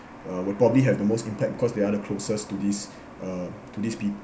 uh would probably have the most impact cause they are the closest to this uh to this peo~